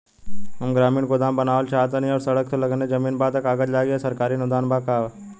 हम ग्रामीण गोदाम बनावल चाहतानी और सड़क से लगले जमीन बा त का कागज लागी आ सरकारी अनुदान बा का?